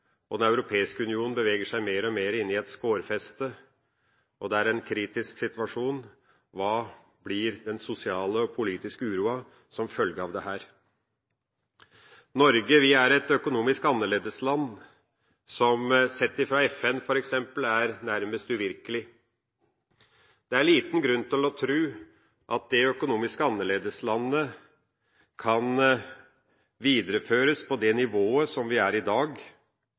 holdbart. Den europeiske union beveger seg mer og mer inn i et skårfeste, og det er en kritisk situasjon: Hva blir den sosiale og politiske uroen som følge av dette? Norge er et økonomisk annerledesland, som, sett fra FN, f.eks., nærmest er uvirkelig. Det er liten grunn til å tro at det økonomiske annerledeslandet kan videreføres på det nivået som det er på i dag.